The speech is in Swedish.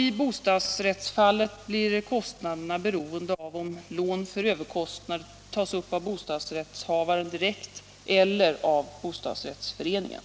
I bostadsrättsfallet blir kostnaderna beroende av om lån för överkostnaden tas upp av bostadsrättshavaren direkt eller av bostadsrättsföreningen.